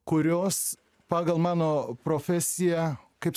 kurios pagal mano profesiją kaip